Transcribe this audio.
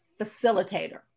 facilitator